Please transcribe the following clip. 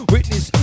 Witness